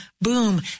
boom